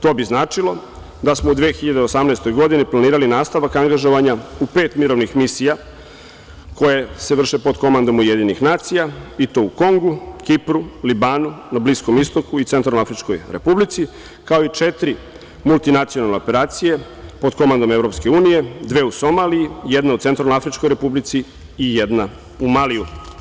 To bi značilo da smo u 2018. godini planirali nastavak angažovanja u pet mirovnih misija koje se vrše pod komandom UN, i to u Kongu, Kipru, Libanu, na Bliskom istoku i Centralnoafričkoj Republici, kao i četiri multinacionalne operacije pod komandom EU, dve u Somaliji, jedna u Centralnoafričkoj Republici i jedna u Maliju.